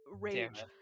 rage